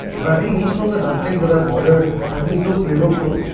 but i think each one of the dumplings that i've ordered has been so flavourful.